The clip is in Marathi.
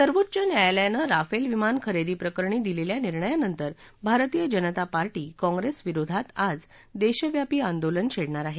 सर्वोच्च न्यायालयानं राफेल विमान खरेदी प्रकरणी दिलेल्या निर्णायानंतर भारतीय जनता पार्टी काँग्रेस विरोधात आज देशव्यापी आंदोलन छेडणार आहे